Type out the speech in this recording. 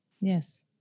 yes